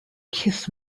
kiss